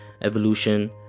Evolution